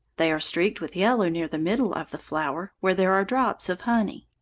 they are streaked with yellow near the middle of the flower, where there are drops of honey.